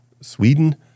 Sweden